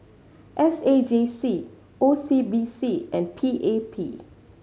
S A J C O C B C and P A P